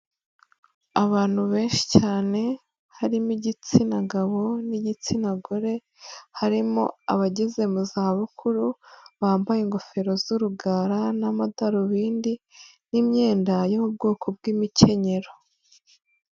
Abantu benshi cyane harimo igitsina gabo n'igitsina gore, harimo abageze mu zabukuru bambaye ingofero z'urugara n'amadarubindi n'imyenda yo mu bwoko bw'imikenyero.